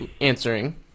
answering